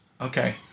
Okay